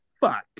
fuck